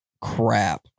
crap